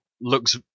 looks